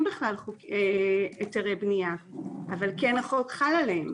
בכלל היתרי בנייה אבל החוק כן חל עליהם.